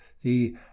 the